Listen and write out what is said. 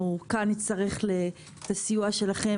אנחנו נצטרך את הסיוע שלכם,